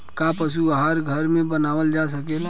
का पशु आहार घर में बनावल जा सकेला?